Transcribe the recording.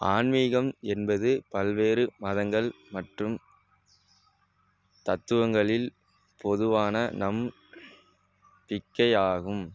ஆன்மிகம் என்பது பல்வேறு மதங்கள் மற்றும் தத்துவங்களில் பொதுவான நம் பிக்கையாகும்